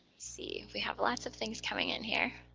see. we have lots of things coming in here.